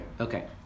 Okay